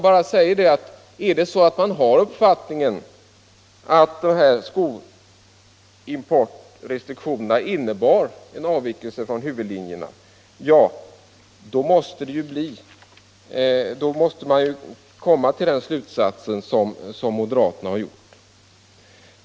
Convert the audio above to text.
Men har man uppfattningen att skoimportrestriktionerna innebär en avvikelse från huvudlinjerna för handelspolitiken, då måste man ju komma till den slutsats som moderaterna har gjort.